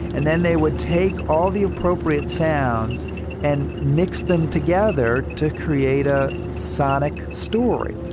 and then they would take all the appropriate sounds and mix them together to create a sonic story.